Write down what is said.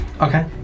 Okay